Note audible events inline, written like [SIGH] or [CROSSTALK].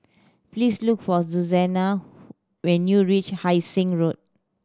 please look for Susannah [UNINTELLIGIBLE] when you reach Hai Sing Road